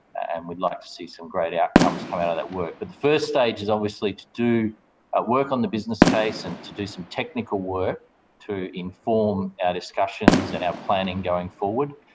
and we'd like to see some great outcomes come out of that work. the first stage is obviously to do ah work on the business case and to do some technical work to inform our and discussions and our planning going forward.